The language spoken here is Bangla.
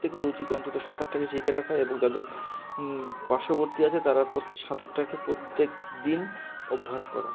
প্রত্যেকের উচিত অন্তত সাঁতারটাকে শিখে রাখা এবং যাদের পার্শ্ববর্তী আছে তারা সাঁতারটাকে প্রত্যেক দিন অভ্যাস করা